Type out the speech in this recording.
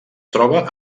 troba